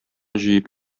җыеп